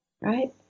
right